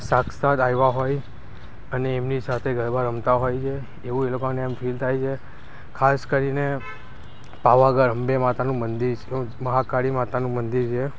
સાક્ષાત આવ્યા હોય અને એમની સાથે ગરબા રમતા હોય છે એવું એ લોકોને આમ ફીલ થાય છે ખાસ કરીને પાવાગઢ અંબે માતાનું મંદિર છે મહાકાળી માતાનું મંદિર છે